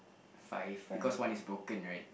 five because one is broken right